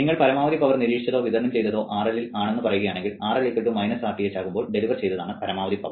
നിങ്ങൾ പരമാവധി പവർ നിരീക്ഷിച്ചതോ വിതരണം ചെയ്തതോ RL ൽ ആണെന്ന് പറയുകയാണെങ്കിൽ RL Rth ആകുമ്പോൾ ഡെലിവർ ചെയ്തതാണ് പരമാവധി പവർ